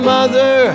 Mother